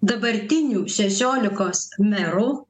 dabartinių šešiolikos merų